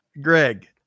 Greg